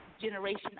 generation